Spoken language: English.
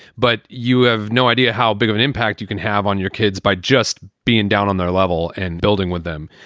but you have no idea how big of an impact you can have on your kids by just being down on their level and building with them.